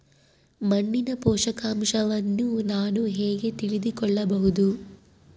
ಮಣ್ಣಿನ ಪೋಷಕಾಂಶವನ್ನು ನಾನು ಹೇಗೆ ತಿಳಿದುಕೊಳ್ಳಬಹುದು?